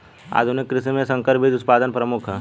आधुनिक कृषि में संकर बीज उत्पादन प्रमुख ह